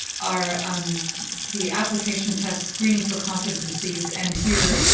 are um the application tests screening for competencies. and here,